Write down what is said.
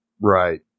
Right